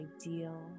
ideal